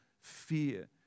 fear